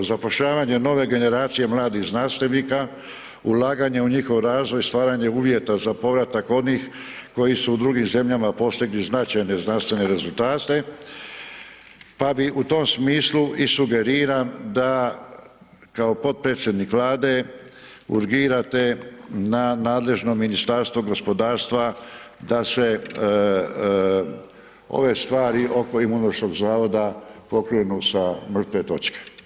Zapošljavanje nove generacije mladih znanstvenika, ulaganje u njihov razvoj i stvaranje uvjeta za povratak onih koji su u drugim zemljama postigli značajne znanstvene rezultate, pa bi u tom smislu i sugeriram da kao potpredsjednik Vlade urgirate na nadležno Ministarstvo gospodarstva da se ove stvari oko Imunološkog zavoda pokrenu sa mrtve točke.